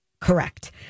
Correct